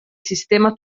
sistema